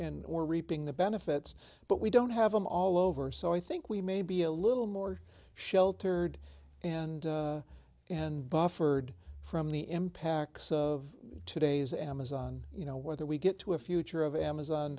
we're reaping the benefits but we don't have them all over so i think we may be a little more sheltered and and buffered from the impacts of today's amazon you know whether we get to a future of amazon